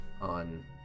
on